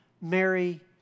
Mary